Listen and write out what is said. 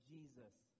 Jesus